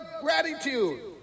gratitude